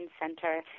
center